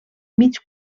mig